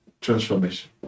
transformation